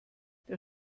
der